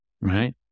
right